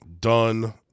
done